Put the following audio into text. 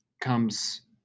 comes